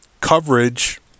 coverage